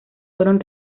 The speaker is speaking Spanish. fueron